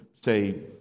say